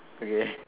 okay